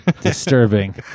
Disturbing